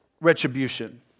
retribution